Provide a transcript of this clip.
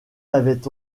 avait